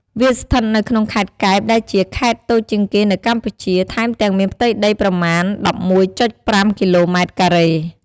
វាស្ថិតនៅក្នុងខេត្តកែបដែលជាខេត្តតូចជាងគេនៅកម្ពុជា ថែមទាំងមានផ្ទៃដីប្រមាណ ១១.៥ គីឡូម៉ែត្រការ៉េ។